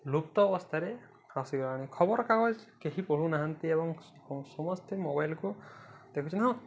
ଲୁପ୍ତ ଅବସ୍ଥାରେ ଖବରକାଗଜ କେହି ପଢ଼ୁନାହାନ୍ତି ଏବଂ ସମସ୍ତେ ମୋବାଇଲକୁ ଦେଖୁ ହଁ